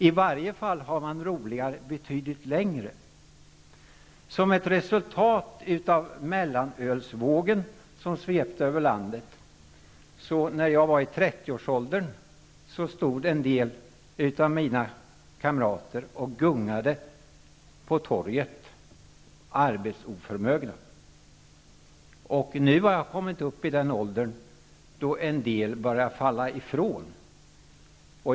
Man har i alla fall roligt betydligt längre. Som ett resultat av mellanölsvågen, som svepte över landet när jag var i 30-årsåldern, stod en del av mina kamrater arbetsoförmögna och gungade på torget. Nu har jag kommit upp i den åldern då en del börjar falla ifrån.